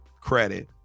credit